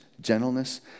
gentleness